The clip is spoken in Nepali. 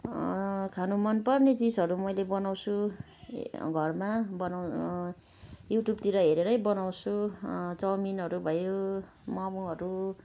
खानु मन पर्ने चिजहरू मैले बनाउँछु घरमा बनाउ युट्युबतिर हेरेरै बनाउँछु चाउमिनहरू भयो मोमोहरू